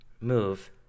move